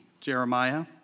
Jeremiah